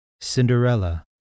Cinderella